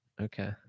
Okay